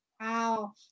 wow